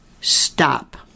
Stop